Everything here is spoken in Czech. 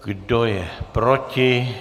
Kdo je proti?